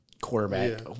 quarterback